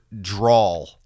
drawl